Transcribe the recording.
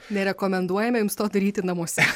nerekomenduojame jums to daryti namuose